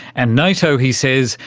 and nato, he says,